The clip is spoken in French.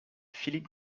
philippe